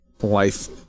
life